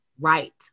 right